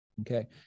Okay